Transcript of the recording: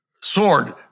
sword